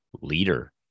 leader